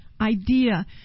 idea